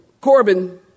Corbin